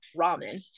ramen